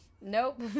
Nope